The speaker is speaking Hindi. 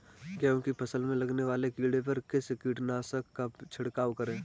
गेहूँ की फसल में लगने वाले कीड़े पर किस कीटनाशक का छिड़काव करें?